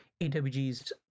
AWG's